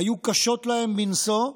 היו קשות להם מנשוא,